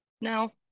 no